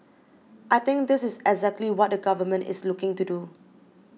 I think this is exactly what the government is looking to do